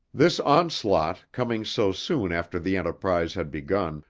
this onslaught, coming so soon after the enterprise had begun,